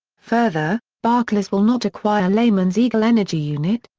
further, barclays will not acquire lehman's eagle energy unit,